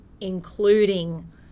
including